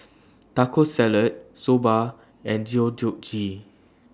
Taco Salad Soba and Deodeok Gui